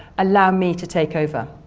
allow me to take over.